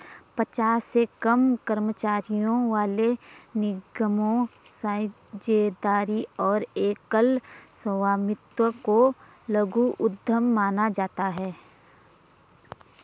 पचास से कम कर्मचारियों वाले निगमों, साझेदारी और एकल स्वामित्व को लघु उद्यम माना जाता है